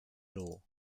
law